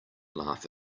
laugh